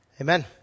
Amen